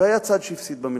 והיה צד שהפסיד במלחמה.